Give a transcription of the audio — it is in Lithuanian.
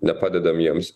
nepadedam jiems